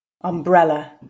umbrella